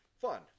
fun